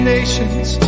Nations